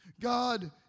God